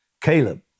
Caleb